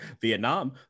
Vietnam